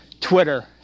Twitter